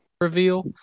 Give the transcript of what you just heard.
reveal